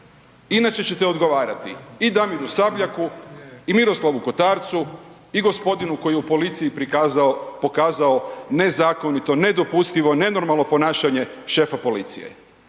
inače ćete odgovarati i Damiru Sabljaku i Miroslavu Kotarcu i gospodinu koji je u policiji pokazao nezakonito, nedopustivo, nenormalno ponašanje šefa policije.